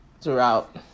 throughout